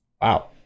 Wow